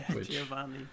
giovanni